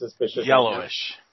Yellowish